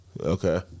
Okay